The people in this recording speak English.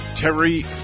Terry